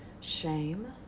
shame